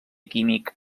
químic